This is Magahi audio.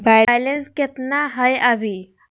बैलेंस केतना हय अभी?